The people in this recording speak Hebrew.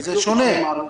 וזה שונה.